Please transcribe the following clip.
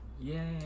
Yay